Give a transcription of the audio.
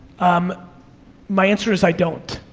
um my answer is i don't.